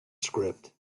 script